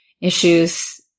issues